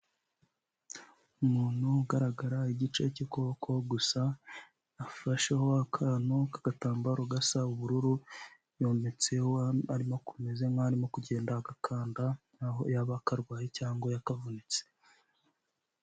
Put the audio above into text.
Umuntu ugaragara igice cy'ukuboko gusa, afasheho akantu k'agatambaro gasa ubururu, yometseho arimo, ameze nk'aho arimo kugenda agakanda, nk'aho yaba akarwaye cyangwa yakavunitse.